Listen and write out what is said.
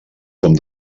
com